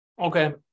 Okay